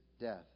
death